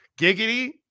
Giggity